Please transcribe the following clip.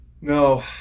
No